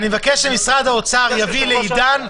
אני מבקש שמשרד האוצר יעביר לעידן